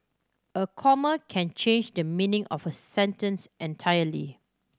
a comma can change the meaning of a sentence entirely